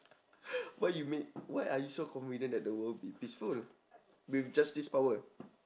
what you mean why are you so confident that the world will be peaceful with just this power